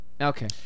Okay